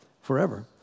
forever